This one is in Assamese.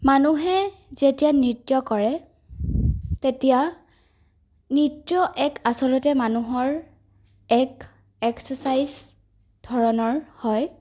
মানুহে যেতিয়া নৃত্য কৰে তেতিয়া নৃত্য এক আচলতে মানুহৰ এক এক্সাৰচাইজ ধৰণৰ হয়